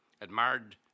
admired